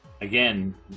Again